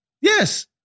Yes